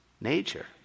nature